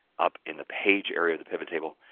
up in the page area of the pivot table.